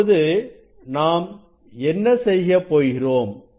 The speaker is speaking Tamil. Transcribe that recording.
இப்பொழுது நாம் என்ன செய்யப் போகிறோம்